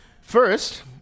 First